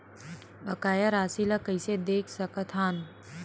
बकाया राशि ला कइसे देख सकत हान?